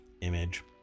image